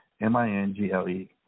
M-I-N-G-L-E